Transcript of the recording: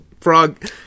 Frog